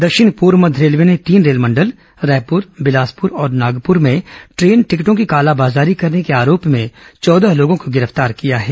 दक्षिण पूर्व मध्य रेलवे ने तीन रेलमंडल रायपुर बिलासपुर और नागपुर में ट्रेन टिकटों की कालाबाजारी करने के आरोप में चौदह लोगों को गिरफ्तार किया है